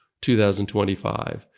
2025